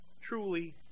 truly